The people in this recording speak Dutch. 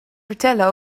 vertellen